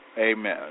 amen